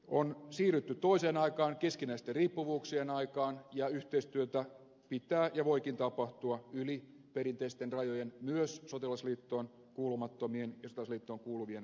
on siirrytty toiseen aikaan keskinäisten riippuvuuksien aikaan ja yhteistyötä pitää ja voikin tapahtua yli perinteisten rajojen myös sotilasliittoon kuulumattomien ja sotilasliittoon kuuluvien maiden välillä